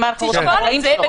תשקול את זה,